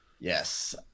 yes